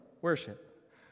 worship